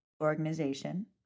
organization